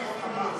והבנייה